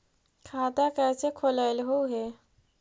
खाता कैसे खोलैलहू हे?